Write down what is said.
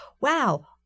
wow